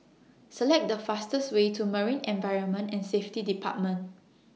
Select The fastest Way to Marine Environment and Safety department